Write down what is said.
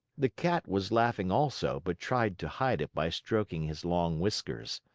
the cat was laughing also, but tried to hide it by stroking his long whiskers.